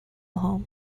home